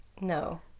No